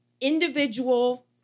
individual